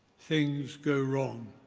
things go wrong.